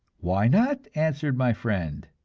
why not? answered my friend.